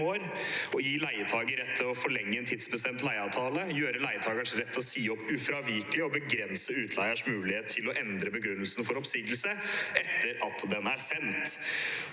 år, gi leietaker rett til å forlenge en tidsbestemt leieavtale, gjøre leietakers rett til å si opp ufravikelig og begrense utleierens mulighet til å endre begrunnelsen for en oppsigelse etter at den er sendt.